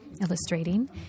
illustrating